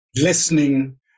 Listening